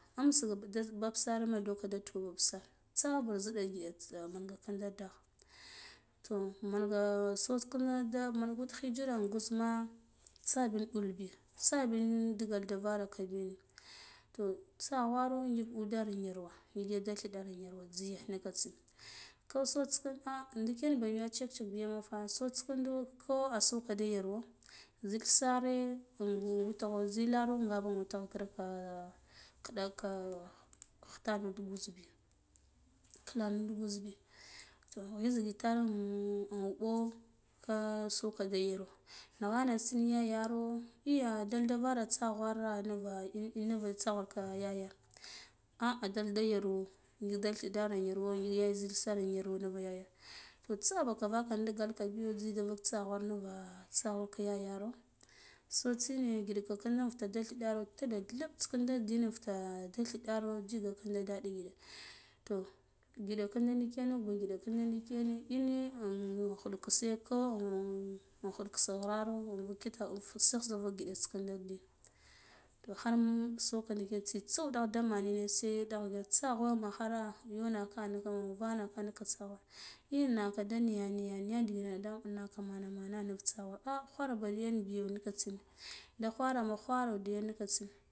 Amsiga dud baba sir ma doka de tughulo bisa tsabir ziɗa ngide manja aghen to manga sots kinda maigut khijira gwuzma tsa biya dulbi tsabin digalka da vara biya toh tsaghwara agid uda yarwa ngik ya dal thidir rayarwa jziye nika tsine ko so tsikin ah ndiken ba biya check chek biyama ta bo tsicindo asoka da yarwo zil sire in witgho zilara ngaba witghe kir kiɗaka kiɗadu gwuzbi to yajigi tar in ka soka da yarwa nagha ka tsin yayayo iya adalde yara tsaghwara nuva in ina nuva tsaghwara ka yayar ah adalda yarw nig dalthi sir inyaro zhiya zil sir in yarw toh tsabaka vakan digalka biyo jzida vak tsaaghwar na nura tsaghwar yayiyo so tsine giɗe kinda futs dad thiro tiɗa dhilb tsikinde diyon fita dad thidɗro ajigaka dadi ngiɗe toh giɗa kinde digene kwa gide kinda ndikine ina in khuɗ kisiko in khuɗ kwo ghirar hkuk kita infuk saah sa ngida diyin to har soka ndiken tsitsa wuɗagh daman nine se dagh gan tsaghwa ma khara yona ka invana nika tsaghwira ei naka da niya niya niya ndigaga mana mena nuv tsaghwirt ah kwarba dayan biyo niko tsin da khwara mr khwairo diyan nikatsin